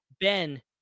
Ben